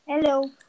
Hello